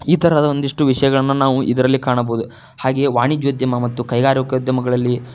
ಈ ತರಹದ ಒಂದಿಷ್ಟು ವಿಷಯಗಳನ್ನು ನಾವು ಇದರಲ್ಲಿ ಕಾಣಬೋದು ಹಾಗೆಯೇ ವಾಣಿಜ್ಯೋದ್ಯಮ ಮತ್ತು ಕೈಗಾರಿಕೋದ್ಯಮಗಳಲ್ಲಿ